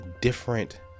different